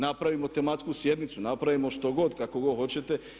Napravimo tematsku sjednicu, napravimo što god, kako god hoćete.